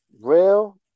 Real